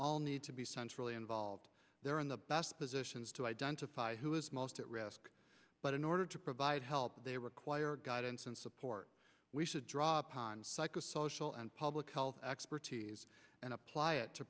all need to be centrally involved they're in the best positions to identify who is most at risk but in order to provide help they require guidance and support we should draw upon psychosocial and public health expertise and apply it to